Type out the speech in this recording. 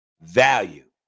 value